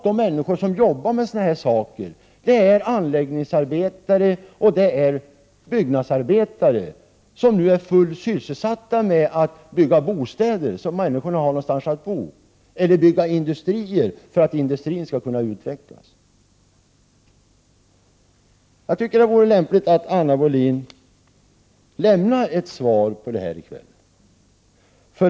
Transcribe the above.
De människor som jobbar med sådana här saker är anläggningsarbetare och byggnadsarbetare, som nu är fullt sysselsatta med att bygga bostäder, så att människorna har någonstans att bo, eller industrier, för att industrin skall kunna utvecklas. Det vore lämpligt att Anna Wohlin-Andersson lämnade ett svar på detta i kväll.